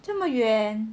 这么远